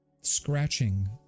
scratching